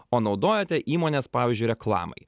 o naudojote įmonės pavyzdžiui reklamai